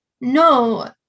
No